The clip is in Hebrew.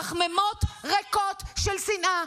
פחמימות ריקות של שנאה.